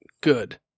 good